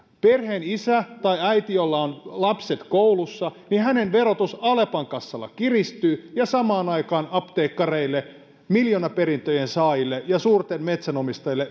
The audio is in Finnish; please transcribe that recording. perheenisän tai äidin jolla on lapset koulussa verotus alepan kassalla kiristyy ja samaan aikaan veroedut apteekkareille miljoonaperintöjen saajille ja suurmetsänomistajille